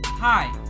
Hi